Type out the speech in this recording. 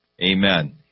Amen